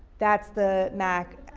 that's the mac